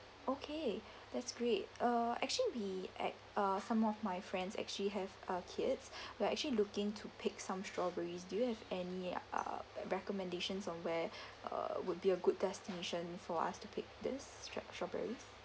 okay that's great uh actually we at uh some of my friends actually have uh kids we're actually looking to pick some strawberries do you have any uh recommendations on where uh would be a good destination for us to pick this straw~ strawberries